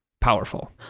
powerful